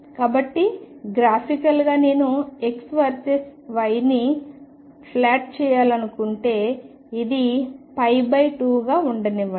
కాబట్టి గ్రాఫికల్గా నేను X వర్సెస్ Y ని ప్లాట్ చేయాలనుకుంటే ఇది 2 గా ఉండనివ్వండి